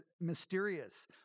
mysterious